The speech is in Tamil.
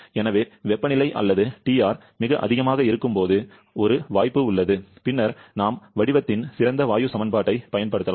எனவே வெப்பநிலை அல்லது TR மிக அதிகமாக இருக்கும்போது ஒரு வாய்ப்பு உள்ளது பின்னர் நாம் வடிவத்தின் சிறந்த வாயு சமன்பாட்டைப் பயன்படுத்தலாம்